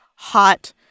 hot